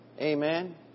Amen